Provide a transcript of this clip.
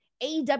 aw